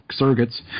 surrogates